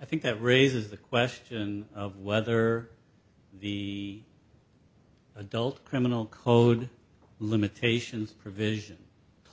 i think that raises the question of whether the adult criminal code limitations provision